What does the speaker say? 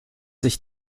sich